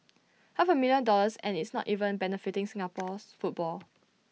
half A million dollars and it's not even benefiting Singapore's football